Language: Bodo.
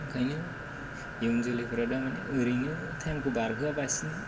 ओंखायनो इयुन जोलैफ्रा दा माने ओरैनो टाइमखौ बारहोया बासिनो